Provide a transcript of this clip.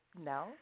No